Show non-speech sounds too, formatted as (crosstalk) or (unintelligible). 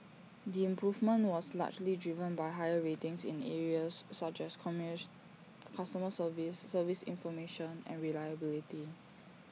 the improvement was largely driven by higher ratings in areas such as (unintelligible) customer service service information and reliability